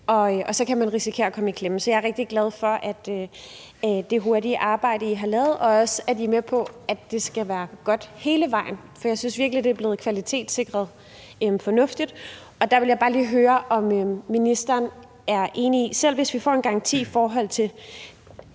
og så kan man risikere at komme i klemme. Så jeg er rigtig glad for det hurtige arbejde, I har lavet, og også, at I er med på, at det skal være godt hele vejen, for jeg synes virkelig, det er blevet kvalitetssikret fornuftigt. Jeg vil bare lige høre, om ministeren er enig i forhold til